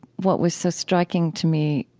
what was so striking to me,